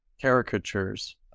caricatures